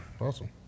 Awesome